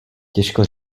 těžko